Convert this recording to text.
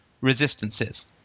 resistances